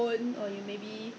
这是 (uh huh)